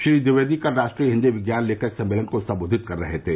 श्री द्विवेदी कल राष्ट्रीय हिन्दी विज्ञान लेखक सम्मेलन को संबोधित कर रहे थे